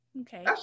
Okay